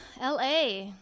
LA